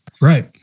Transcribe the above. Right